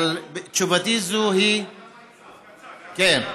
תשובתי זו היא, כן.